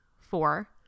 four